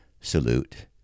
salute